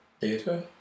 data